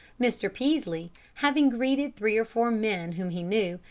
mr. peaslee, having greeted three or four men whom he knew,